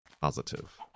positive